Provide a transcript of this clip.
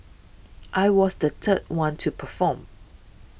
I was the third one to perform